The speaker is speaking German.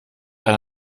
eine